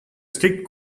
strict